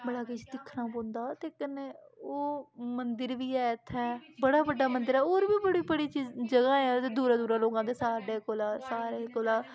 बड़ा किस दिक्खना पौंदा ते कन्नै ओह् मंदर बी एह् इत्थें बड़ा बड्डा मंदर ऐ होर बी बड़ी बड़ी जगह् ऐ इत्थै दूरा दूरा लोक आंदे साड्डे कोला सारे कोला